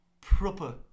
proper